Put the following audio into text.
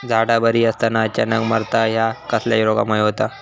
झाडा बरी असताना अचानक मरता हया कसल्या रोगामुळे होता?